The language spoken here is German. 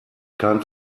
kein